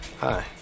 Hi